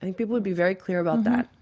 like people would be very clear about that,